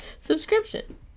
subscription